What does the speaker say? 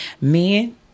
Men